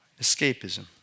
Escapism